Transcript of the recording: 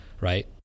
right